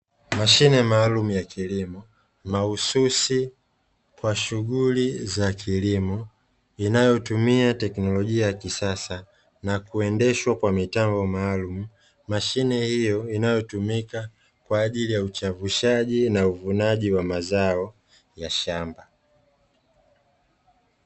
Mashine maalumu ya kilimo mahususi kwa shughuli za kilimo inayotumia tekinolojia ya kisasa, na juendeshwa kwa mitambo maalumu. Mashine hiyo inayotumika kwa ajili ya uchavushaji na uvunaji wa mazao ya shamba.